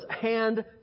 hand